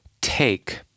take